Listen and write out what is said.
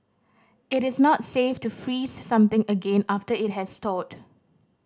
it is not safe to freeze something again after it has thawed